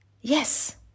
Yes